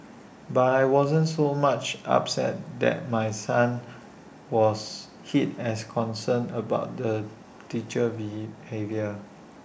but I wasn't so much upset that my son was hit as concerned about the teacher's behaviour